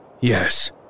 Yes